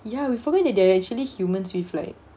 ya we forget that they're actually humans with like